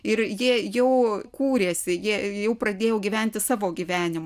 ir jie jau kūrėsi jie jau pradėjo gyventi savo gyvenimą